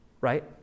right